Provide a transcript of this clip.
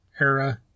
era